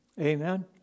Amen